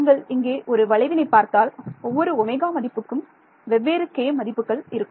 நீங்கள் இங்கே ஒரு வளைவினை பார்த்தால் ஒவ்வொரு ஒமேகா மதிப்புக்கும் வெவ்வேறு k மதிப்புகள் இருக்கும்